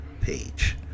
page